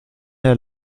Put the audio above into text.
der